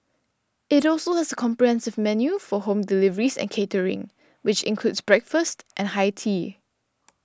it also has a comprehensive menu for home deliveries and catering which includes breakfast and high tea